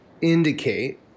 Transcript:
indicate